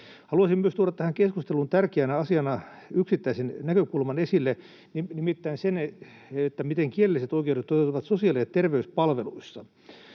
Haluaisin tuoda tähän keskusteluun tärkeänä asiana esille myös yksittäisen näkökulman, nimittäin sen, miten kielelliset oikeudet toteutuvat sosiaali- ja terveyspalveluissa.